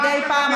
מדי פעם,